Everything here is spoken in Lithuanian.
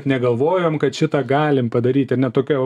negalvojom kad šitą galim padaryt ane tokia